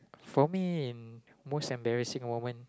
for me most embarrassing moment